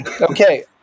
Okay